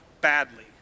badly